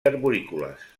arborícoles